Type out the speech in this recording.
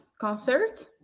concert